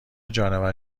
جانور